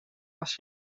was